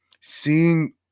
Seeing